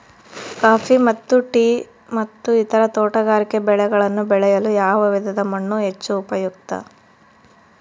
Coffee ಮತ್ತು tea ಮತ್ತು ಇತರ ತೋಟಗಾರಿಕೆ ಬೆಳೆಗಳನ್ನು ಬೆಳೆಯಲು ಯಾವ ವಿಧದ ಮಣ್ಣು ಹೆಚ್ಚು ಉಪಯುಕ್ತ?